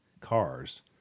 cars